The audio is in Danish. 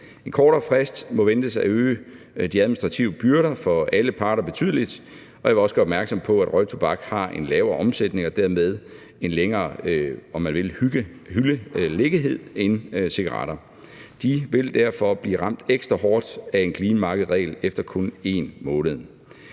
En kortere frist må ventes at øge de administrative byrder for alle parter betydeligt, og jeg vil også gøre opmærksom på, at røgtobak har en lavere omsætning og dermed ligger længere tid på hylderne end cigaretter. De vil derfor blive ramt ekstra hårdt af en clean market-regel efter kun 1 måned.